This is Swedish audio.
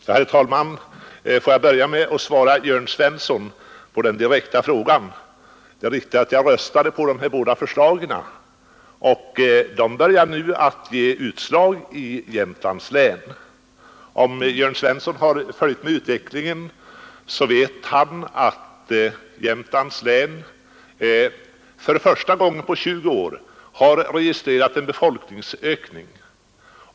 Herr talman! Får jag börja med att svara Jörn Svensson på hans direkta fråga till mig. Det är riktigt att jag röstade på dessa båda förslag. De börjar nu ge utslag i Jämtlands län. Om Jörn Svensson har följt med utvecklingen vet han att Jämtlands län för första gången på 20 år har registrerat en befolkningsökning.